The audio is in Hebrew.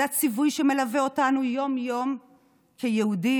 זה הציווי שמלווה אותנו יום-יום כיהודים,